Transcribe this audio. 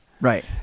Right